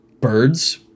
birds